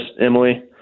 Emily